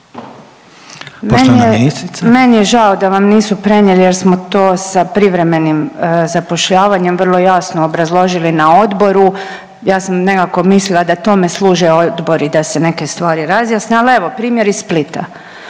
Meni je žao da vam nisu prenijeli jer smo to sa privremenim zapošljavanjem vrlo jasno obrazložili na odboru, ja sam nekako mislila da tome služe odbori da se neke stvari razjasne, ali evo primjer iz Splita.